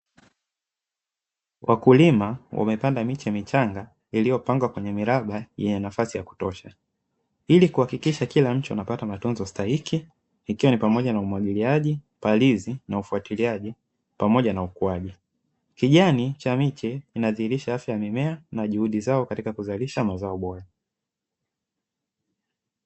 Wakulima wamepanda miche michanga iliyopangwa kwenye miraba ya nafasi ya kutosha ili kuhakikisha kila mtu anapata matunzo stahiki nikiwa ni pamoja na umwagiliaji palizi na ufuatiliaje, pamoja na ukuaji kijani cha miche inadhihirisha afya ya mimea na juhudi zao katika kuzalisha mazao bora.